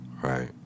Right